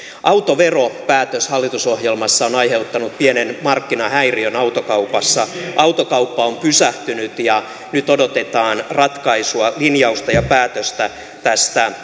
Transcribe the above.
autoveropäätös hallitusohjelmassa on aiheuttanut pienen markkinahäiriön autokaupassa autokauppa on pysähtynyt ja nyt odotetaan ratkaisua linjausta ja päätöstä tästä